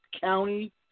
county